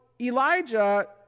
Elijah